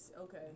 okay